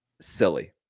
silly